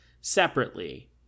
separately